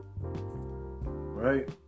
right